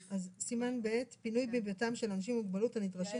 סימן ב' - פינוי מביתם של אנשים עם מוגבלות הנדרשים